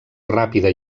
ràpida